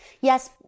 yes